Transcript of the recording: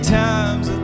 times